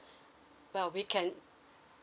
but we can